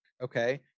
okay